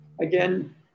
again